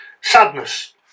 Sadness